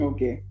Okay